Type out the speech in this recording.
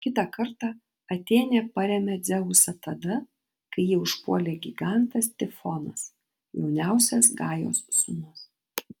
kitą kartą atėnė parėmė dzeusą tada kai jį užpuolė gigantas tifonas jauniausias gajos sūnus